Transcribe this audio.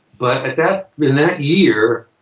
but at that. in that year,